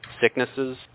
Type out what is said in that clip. sicknesses